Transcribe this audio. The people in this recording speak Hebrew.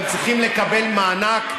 הם צריכים לקבל מענק,